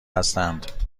هستند